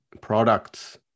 products